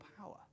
power